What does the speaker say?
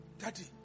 Daddy